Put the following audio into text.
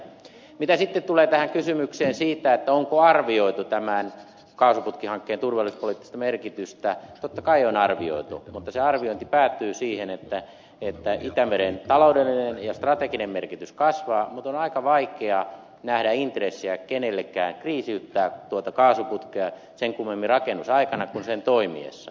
mitä sitten tulee tähän kysymykseen siitä onko arvioitu tämän kaasuputkihankkeen turvallisuuspoliittista merkitystä totta kai on arvioitu mutta se arviointi päättyy siihen että itämeren taloudellinen ja strateginen merkitys kasvaa mutta on aika vaikeaa nähdä intressejä kenellekään kriisiyttää tuota kaasuputkea sen kummemmin rakennusaikana kuin sen toimiessa